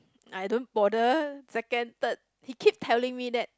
I don't bother second third he keep telling me that